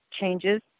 changes